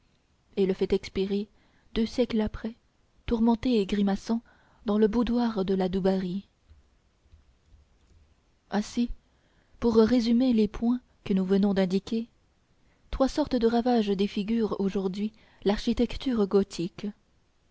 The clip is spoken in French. et le fait expirer deux siècles après tourmenté et grimaçant dans le boudoir de la dubarry ainsi pour résumer les points que nous venons d'indiquer trois sortes de ravages défigurent aujourd'hui l'architecture gothique